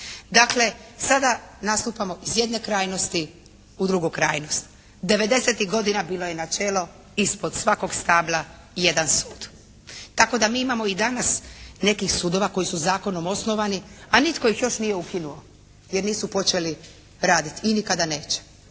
Dakle, sada nastupamo iz jedne krajnosti u drugu krajnost. Devedesetih godina je bilo načelo “ispod svakog stabla jedan sud“ tako da mi imamo i danas nekih sudova koji su zakonom osnovani, a nitko ih još nije ukinuo jer nisu počeli raditi i nikada neće